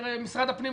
משרד הפנים,